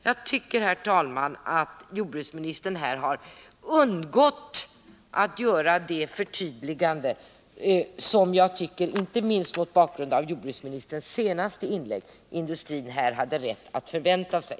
Jag tycker, herr talman, att jordbruksministern har undgått att göra det förtydligande som — inte minst mot bakgrund av jordbruksministerns senaste inlägg — industrin hade rätt att förvänta sig.